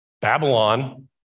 Babylon